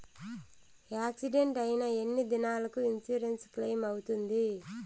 Accident అయిన ఎన్ని దినాలకు ఇన్సూరెన్సు క్లెయిమ్ అవుతుంది?